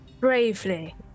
Bravely